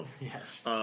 Yes